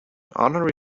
honorary